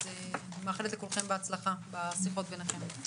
אז אני מאחלת לכולכם בהצלחה בשיחות ביניכם.